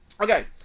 Okay